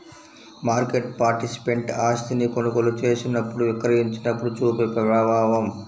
market participant ఆస్తిని కొనుగోలు చేసినప్పుడు, విక్రయించినప్పుడు చూపే ప్రభావం